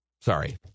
Sorry